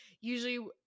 usually